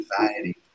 anxiety